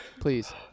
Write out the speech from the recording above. Please